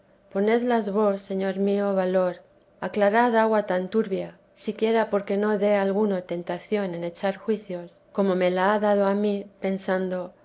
ponedlas vos señor mío valor aclarad agua tan turbia siquiera porque no dé a alguno tentación en echar juicios corno me la ha dado a mi pensando